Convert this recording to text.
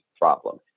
problem